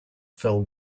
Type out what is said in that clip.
fell